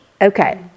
Okay